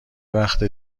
وقت